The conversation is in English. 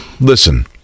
Listen